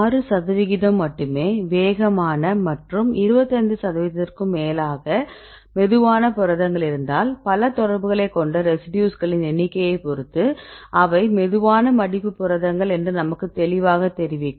6 சதவிகிதம் மட்டுமே வேகமான மற்றும் 25 சதவிகிதத்திற்கும் மேலாக மெதுவான புரதங்கள் இருந்தால் பல தொடர்புகளைக் கொண்ட ரெசிடியூஸ்களின் எண்ணிக்கையைப் பொறுத்து அவை மெதுவான மடிப்பு புரதங்கள் என்று நமக்கு தெளிவாகத் தெரிவிக்கும்